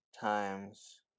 times